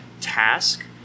task